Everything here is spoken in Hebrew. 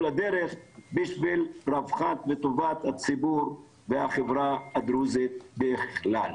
לדרך בשביל רווחת וטובת הציבור והחברה הדרוזית בכלל.